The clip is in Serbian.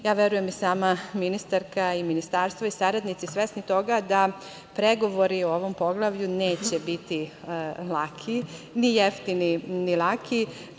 ja verujem i sama ministarka i ministarstvo i saradnici, svesni toga da pregovori o ovom poglavlju neće biti laki, ni jeftini, ni laki.